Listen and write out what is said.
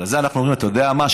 בגלל זה אנחנו אומרים: אתה יודע מה,